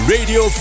Radio